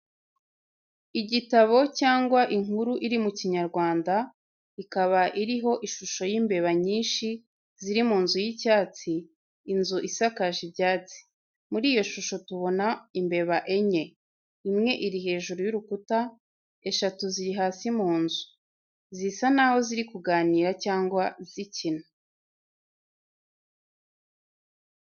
Igitabo cyangwa inkuru iri mu Kinyarwanda, ikaba iriho ishusho y’imbeba nyinshi ziri mu nzu y’icyatsi, inzu isakaje ibyatsi. Muri iyo shusho tubona imbeba enye: imwe iri hejuru y’urukuta, eshatu ziri hasi mu nzu. Zisa naho ziri kuganira cyangwa zikina.